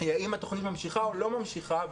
האם התוכנית ממשיכה או לא ממשיכה.